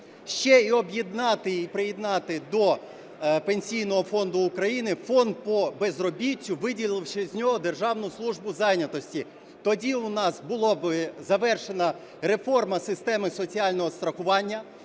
ще і об'єднати і приєднати до Пенсійного фонду України Фонд по безробіттю, виділивши з нього Державну службу зайнятості. Тоді у нас була б завершена реформа системи соціального страхування.